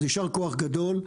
אז יישר כוח גדול,